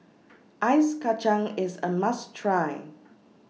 Ice Kacang IS A must Try